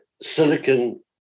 silicon